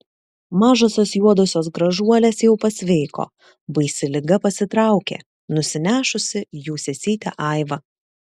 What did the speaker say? mažosios juodosios gražuolės jau pasveiko baisi liga pasitraukė nusinešusi jų sesytę aivą